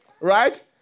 right